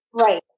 Right